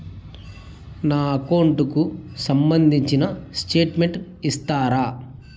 నా అకౌంట్ కు సంబంధించిన స్టేట్మెంట్స్ ఇస్తారా